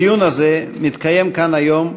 הדיון הזה מתקיים כאן היום,